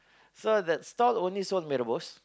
so that store only sold mee-rebus